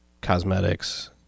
cosmetics